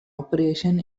operation